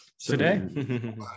Today